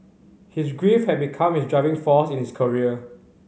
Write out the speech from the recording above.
his grief had become his driving force in his career